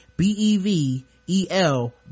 b-e-v-e-l